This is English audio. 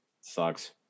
sucks